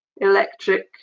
electric